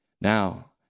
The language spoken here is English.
Now